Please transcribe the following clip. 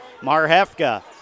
Marhefka